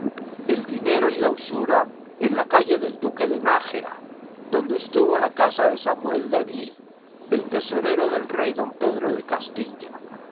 el dinero y la usura en la calle del duque de nájera donde estuvo la casa de samuel leví el tesorero del rey don pedro de castilla